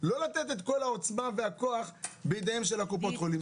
לא לתת את כל העוצמה והכוח בידי קופות החולים,